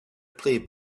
play